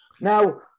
now